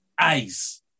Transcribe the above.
eyes